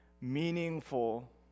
meaningful